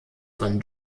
von